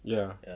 ya